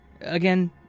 Again